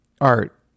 art